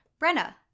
Brenna